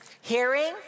hearing